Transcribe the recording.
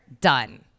done